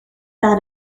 that